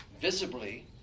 visibly